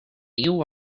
you